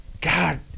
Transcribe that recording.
God